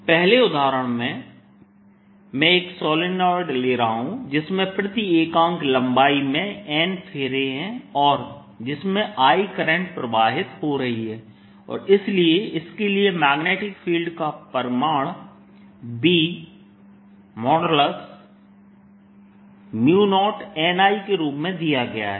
पहले उदाहरण में मैं एक सोलेनोइड ले रहा हूं जिसमें प्रति इकाई लंबाई में n फेरे हैं और जिसमें I करंट प्रवाहित हो रही है और इसलिए इसके लिए मैग्नेटिक फील्ड का परिमाण B 0nI के रूप में दिया गया है